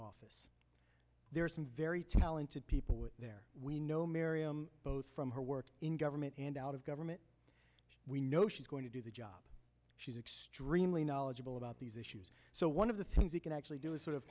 office there are some very talented people there we know miriam both from her work in government and out of government we know she's going to do the job she's extremely knowledgeable about these issues so one of the things we can actually do is sort of